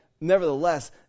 nevertheless